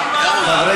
כוח.